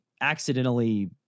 accidentally